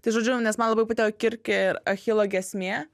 tai žodžiu nes man labiau patiko kirkė ir achilo giesmė